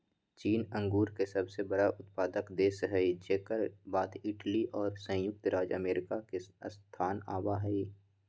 चीन अंगूर के सबसे बड़ा उत्पादक देश हई जेकर बाद इटली और संयुक्त राज्य अमेरिका के स्थान आवा हई